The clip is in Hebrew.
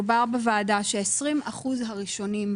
דובר בוועדה ש-20% הראשונים,